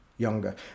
Younger